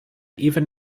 even